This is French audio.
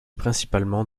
principalement